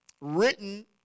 written